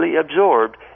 absorbed